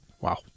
Wow